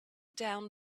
down